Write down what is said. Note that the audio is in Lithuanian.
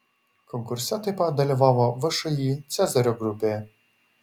konkurse taip pat dalyvavo všį cezario grupė